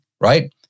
right